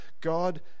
God